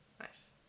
Nice